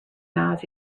miles